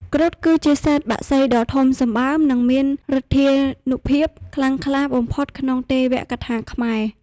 គ្រុឌ គឺជាសត្វបក្សីដ៏ធំសម្បើម និងមានឫទ្ធានុភាពខ្លាំងក្លាបំផុតក្នុងទេវកថាខ្មែរ។